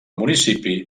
municipi